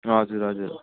हजुर हजुर